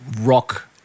rock